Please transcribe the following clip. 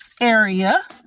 area